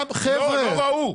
לא, הם לא ראו.